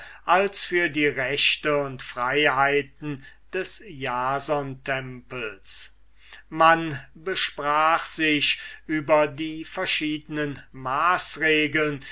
als für die rechte und freiheiten des jasontempels man besprach sich über die verschiednen maßregeln